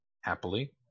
Happily